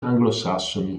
anglosassoni